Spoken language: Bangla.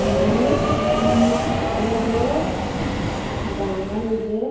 মানুষ আমাদের বাঙালিদের